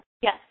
Yes